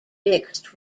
mixed